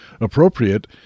appropriate